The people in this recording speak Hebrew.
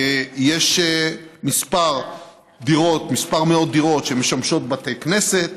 יש כמה מאות דירות שמשמשות בתי כנסת,